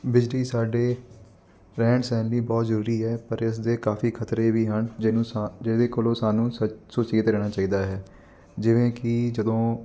ਬਿਜਲੀ ਸਾਡੇ ਰਹਿਣ ਸਹਿਣ ਲਈ ਬਹੁਤ ਜ਼ਜਰੂਰੀ ਹੈ ਪਰ ਇਸ ਦੇ ਕਾਫੀ ਖ਼ਤਰੇ ਵੀ ਹਨ ਜਿਹਨੂੰ ਸਾ ਜਿਹਦੇ ਕੋਲੋਂ ਸਾਨੂੰ ਸੁ ਸੁਚੇਤ ਰਹਿਣਾ ਚਾਹੀਦਾ ਹੈ ਜਿਵੇਂ ਕਿ ਜਦੋਂ